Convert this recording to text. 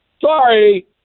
Sorry